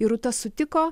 ir rūta sutiko